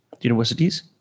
universities